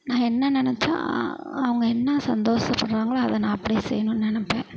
நான் என்ன நெனைச்சா அவங்க என்ன சந்தோஷப்பட்றாங்களோ அதை நான் அப்படியே செய்யணுன்னு நெனைப்பேன்